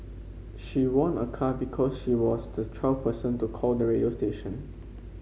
she won a car because she was the twelfth person to call the radio station